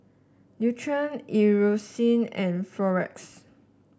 Nutren Eucerin and Floxia